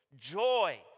joy